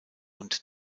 und